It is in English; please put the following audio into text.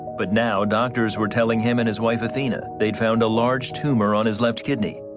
but now doctors were telling him and his wife athene ah they found a large tumor on his left kidney.